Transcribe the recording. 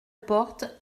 porte